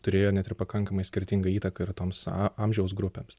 turėjo net ir pakankamai skirtingą įtaką ir toms amžiaus grupėms